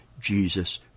Jesus